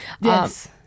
Yes